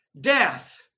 death